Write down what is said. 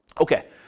Okay